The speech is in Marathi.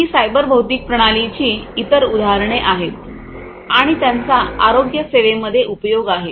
तर ही सायबर भौतिक प्रणालीची इतर उदाहरणे आहेत आणि त्यांचा आरोग्यसेवेमध्ये उपयोग आहे